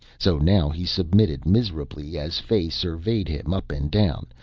so now he submitted miserably as fay surveyed him up and down,